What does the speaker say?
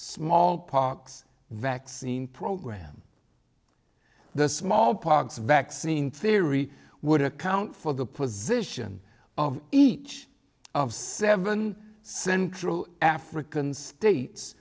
smallpox vaccine program the smallpox vaccine theory would account for the position of each of seven central african states